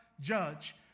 judge